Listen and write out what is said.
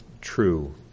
true